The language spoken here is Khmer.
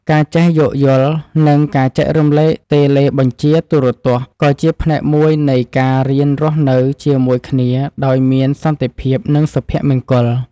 ការចេះយោគយល់និងការចែករំលែកតេឡេបញ្ជាទូរទស្សន៍ក៏ជាផ្នែកមួយនៃការរៀនរស់នៅជាមួយគ្នាដោយមានសន្តិភាពនិងសុភមង្គល។